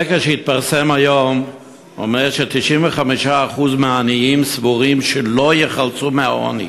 סקר שהתפרסם היום אומר ש-95% מהעניים סבורים שלא ייחלצו מהעוני,